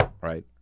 right